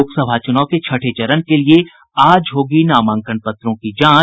लोकसभा चुनाव के छठे चरण के लिए आज होगी नामांकन पत्रों की जांच